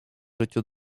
życiu